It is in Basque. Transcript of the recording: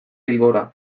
bilbora